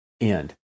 end